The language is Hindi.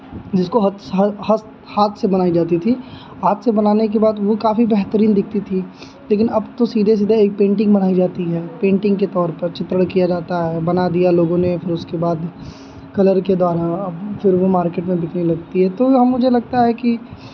जिसको हत्स हस्त हाथ से बनाई जाती थी हाथ से बनाने के बाद वो काफ़ी बेहतरीन दिखती थी लेकिन अब तो सीधे सीधा एक पेन्टिंग बनाई जाती है पेन्टिंग के तौर पर चित्रण किया जाता है बना दिया लोगों ने फिर उसके बाद कलर के द्वारा अब फिर वो मार्केट में बिकने लगती है तो हाँ मुझे लगता है कि